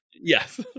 yes